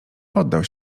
poddał